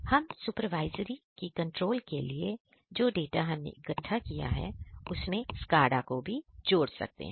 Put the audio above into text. हम सुपरवाइजरी की कंट्रोल के लिए जो डाटा हमने इकट्ठा किया है उसमें SCADA को भी जोड़ सकते हैं